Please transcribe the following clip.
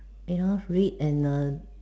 you know read and learn